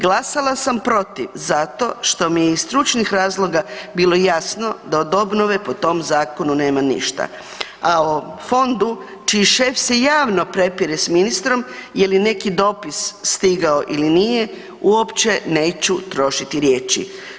Glasala sam protiv zato što mi je iz stručnih razloga bilo jasno da od obnove po tom zakonu nema ništa, a o fondu čiji šef se javno prepire sa ministrom je li neki dopis stigao ili nije uopće neću trošiti riječi.